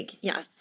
Yes